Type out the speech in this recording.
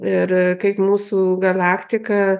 ir kaip mūsų galaktika